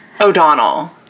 O'Donnell